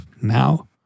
now